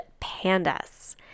PANDAS